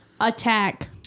Attack